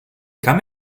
come